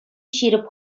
ҫирӗп